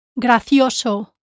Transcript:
Gracioso